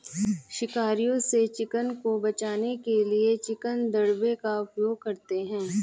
शिकारियों से चिकन को बचाने के लिए चिकन दड़बे का उपयोग करें